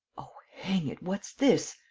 oh, hang it, what's this?